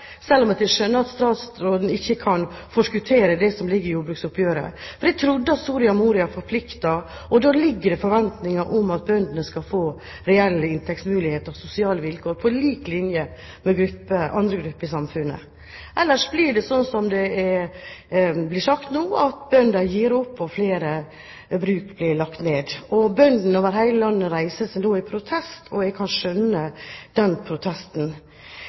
selv om jeg skjønner at statsråden ikke kan forskuttere det som ligger i jordbruksoppgjøret. Jeg trodde at Soria Moria forpliktet, og da ligger det forventninger til at bøndene skal få reelle inntektsmuligheter og sosiale vilkår på lik linje med andre grupper i samfunnet. Ellers blir det slik som det blir sagt nå, at bønder gir opp, og flere bruk blir lagt ned. Bøndene over hele landet reiser seg nå i protest, og jeg kan skjønne den protesten.